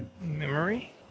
Memory